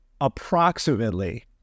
approximately